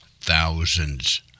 thousands